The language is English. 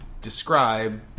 describe